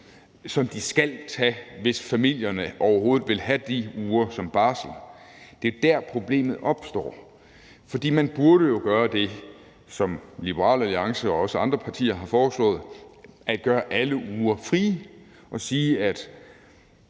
som de skal tage, hvis familierne overhovedet vil have de uger som barsel. For man burde jo gøre det, som Liberal Alliance og også andre partier har foreslået, at man gjorde alle uger frie og sagde, at